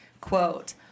quote